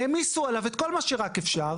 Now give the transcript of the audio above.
והעמיסו עליו את כל מה שרק אפשר.